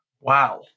Wow